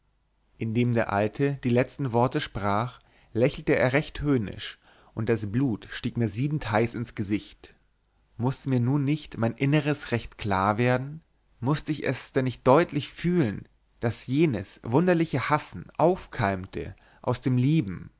indem der alte die letzten worte sprach lächelte er recht höhnisch und das blut stieg mir siedend heiß ins gesicht mußte mir nun nicht mein innres recht klar werden mußte ich es nicht deutlich fühlen daß jenes wunderliche hassen aufkeimte aus dem lieben